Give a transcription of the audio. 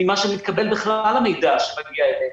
ממה שמתקבל בכלל המידע שמגיע אליהם.